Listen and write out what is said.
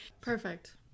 Perfect